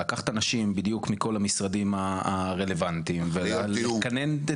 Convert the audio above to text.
לקחת אנשים בדיוק מכל המשרדים הרלוונטיים ולכונן את